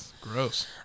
Gross